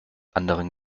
anderen